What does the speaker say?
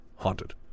Haunted